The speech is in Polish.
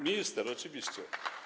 Minister oczywiście.